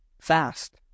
Fast